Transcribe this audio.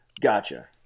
Gotcha